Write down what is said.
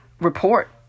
report